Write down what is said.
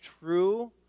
true